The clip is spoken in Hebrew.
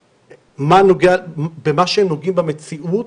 במה שנוגעים במציאות,